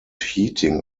heating